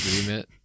agreement